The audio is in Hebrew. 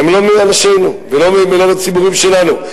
הם לא מאנשינו ולא מהציבורים שלנו,